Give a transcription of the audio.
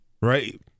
right